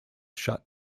shut